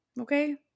okay